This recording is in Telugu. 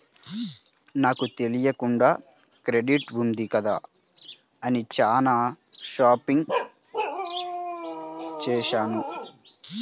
నాకు తెలియకుండానే క్రెడిట్ ఉంది కదా అని చానా షాపింగ్ చేశాను